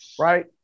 Right